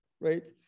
right